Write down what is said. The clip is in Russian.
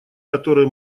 которые